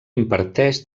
imparteix